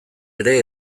ere